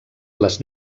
les